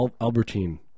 Albertine